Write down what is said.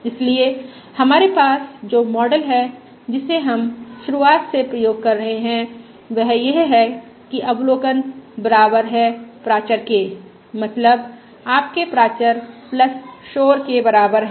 इसलिए हमारे पास जो मॉडल है जिसे हम शुरुआत से प्रयोग कर रहे हैं वह यह है कि अवलोकन बराबर है प्राचर के मतलब आपके प्राचर शोर के बराबर है